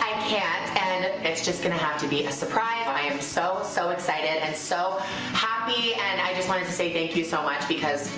i can't. and it's going to have to be a surprise. i am so so excited and so happy and i just wanted to say thank you so much because, you